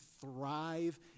thrive